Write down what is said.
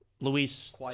Luis